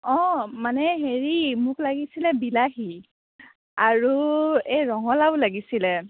অ মানে হেৰি মোক লাগিছিলে বিলাহী আৰু এই ৰঙলাও লাগিছিলে